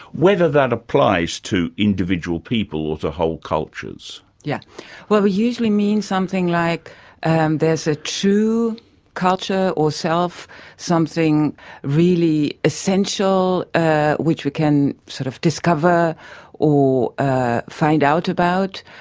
whether that applies to individual people or to whole cultures? yeah well we usually mean something like and there's a true culture or self something really essential ah which we can sort of discover or ah find out about.